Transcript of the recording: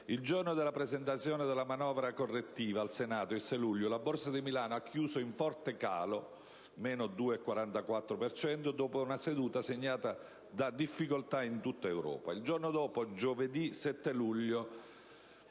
Il giorno della presentazione della manovra correttiva al Senato è il 6 luglio; la Borsa di Milano ha chiuso in forte calo, a meno 2,44 per cento, dopo una seduta segnata da difficoltà in tutta Europa. Il giorno dopo, giovedì 7 luglio,